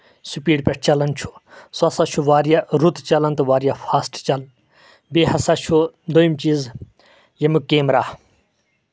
speed پٮ۪ٹھ چلان چھُ سُہ ہسا چھُ واریاہ رُت چلان تہٕ واریاہ فاسٹ چلان بیٚیہِ ہاسا چھُ دویِم چیٖز ییٚمیُک کیمرا